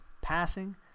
passing